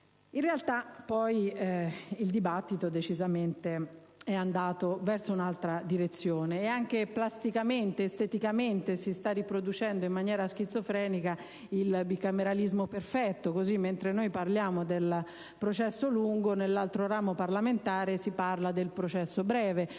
In realtà, il dibattito è decisamente andato in un'altra direzione e anche plasticamente e esteticamente si sta riproducendo in maniera schizofrenica il bicameralismo perfetto così, mentre noi parliamo del processo lungo, nell'altro ramo parlamentare si parla del processo breve.